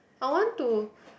I want to